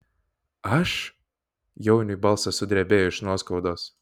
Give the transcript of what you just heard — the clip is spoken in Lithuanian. aš jauniui balsas sudrebėjo iš nuoskaudos